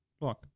Look